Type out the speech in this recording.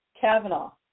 Kavanaugh